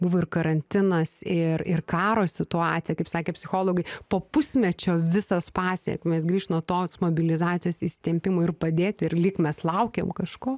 buvo ir karantinas ir ir karo situacija kaip sakė psichologai po pusmečio visas pasekmės grįš nuo tos mobilizacijos įsitempimo ir padėti ir lyg mes laukėm kažko